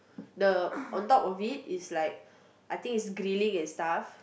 the on top of it is like I think it's grilling and stuff